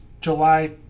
July